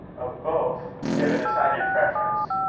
of both give a decided preference,